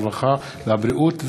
הרווחה והבריאות,